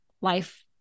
life